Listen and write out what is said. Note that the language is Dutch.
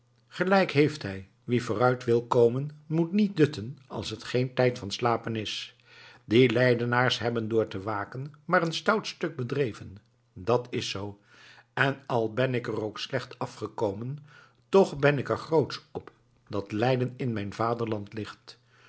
gelijk heeft hij wie vooruit wil komen moet niet dutten als het geen tijd van slapen is die leidenaars hebben door te waken maar een stout stuk bedreven dat is zoo en al ben ik er ook slecht afgekomen toch ben ik er grootsch op dat leiden in mijn vaderland ligt